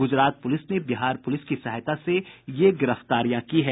Gujarat police ने Bihar police की सहायता से ये गिरफ्तारियां की है